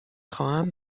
خواهم